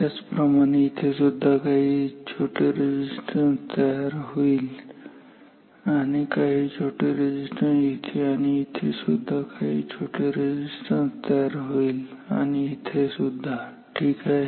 त्याचप्रमाणे हे सुद्धा काही छोटे रेझिस्टन्स इथे देईल आणि काही छोटे रेझिस्टन्स इथे आणि इथे सुद्धा काही छोटे रेझिस्टन्स तयार होईल आणि इथे सुद्धा ठीक आहे